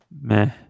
meh